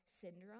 syndrome